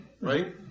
right